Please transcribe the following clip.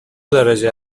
درجه